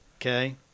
Okay